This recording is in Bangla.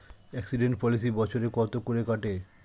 এক্সিডেন্ট পলিসি বছরে কত করে কাটে?